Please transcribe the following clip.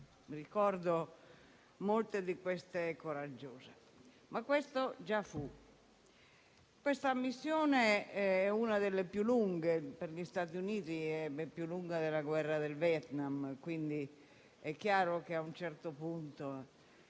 Ricordo molte di quelle coraggiose, ma questo è il passato. Questa missione è una delle più lunghe (per gli Stati Uniti è più lunga della guerra del Vietnam), quindi è chiaro che le preoccupazioni